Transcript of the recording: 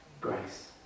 grace